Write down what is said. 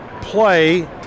play